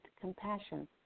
compassion